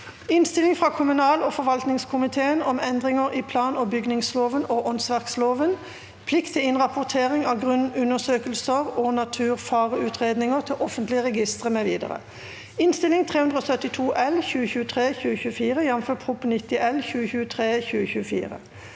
Innstilling fra kommunal- og forvaltningskomiteen om Endringer i plan- og bygningsloven og åndsverkloven (plikt til innrapportering av grunnundersøkelser og naturfareutredninger til offentlige registre mv.) (Innst. 372 L (2023–2024), jf. Prop. 90 L (2023–2024))